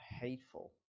hateful